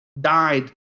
died